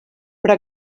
però